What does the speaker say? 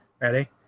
Ready